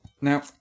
Now